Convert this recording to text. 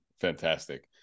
fantastic